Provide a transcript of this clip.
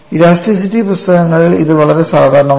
elasticity പുസ്തകങ്ങളിൽ ഇത് വളരെ സാധാരണമാണ്